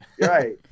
right